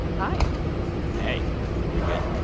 hi hey. are we good?